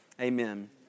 Amen